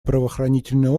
правоохранительные